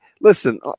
listen